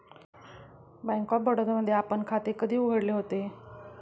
Bank of Baroda मध्ये आपण खाते कधी उघडले होते?